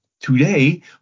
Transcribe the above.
Today